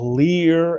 Clear